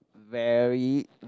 very